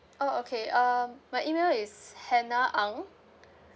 oh okay um my email is hannah ang